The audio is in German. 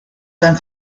sein